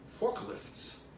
forklifts